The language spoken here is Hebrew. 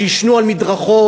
שיישנו על מדרכות?